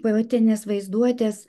poetinės vaizduotės